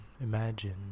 imagine